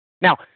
Now